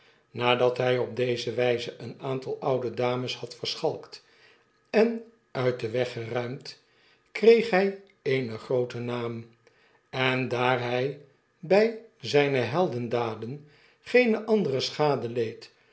nadat hjj op deze wijze een aantal ude dames had verschalkt en uit den weg geruimd kreeg hjj eenen grooten naam en daar hjj bij zyne heldendaden geene andere schade leed